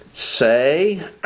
say